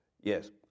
Yes